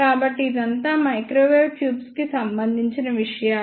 కాబట్టి ఇదంతా microwave tubes కి సంబంధించిన విషయాలు